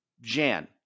jan